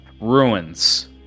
ruins